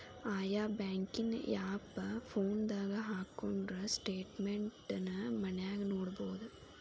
ಆಯಾ ಬ್ಯಾಂಕಿನ್ ಆಪ್ ಫೋನದಾಗ ಹಕ್ಕೊಂಡ್ರ ಸ್ಟೆಟ್ಮೆನ್ಟ್ ನ ಮನ್ಯಾಗ ನೊಡ್ಬೊದು